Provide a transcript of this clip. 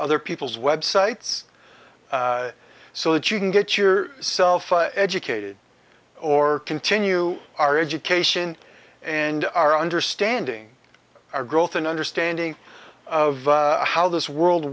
other people's websites so that you can get your self educated or continue our education and our understanding our growth and understanding of how this world